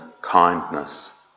kindness